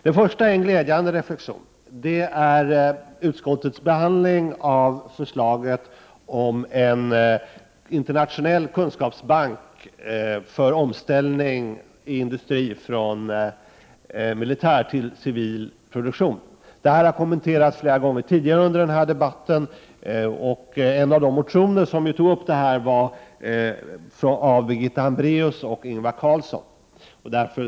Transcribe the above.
Den första reflexionen är glädjande, nämligen utskottets behandling av förslaget om en internationell kunskapsbank för omställning från militär till civil produktion. Den frågan har redan kommenterats flera gånger under denna debatt. Frågan har också tagits upp i en motion av Birgitta Hambraeus och Ingvar Karlsson i Bengtsfors.